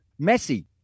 Messi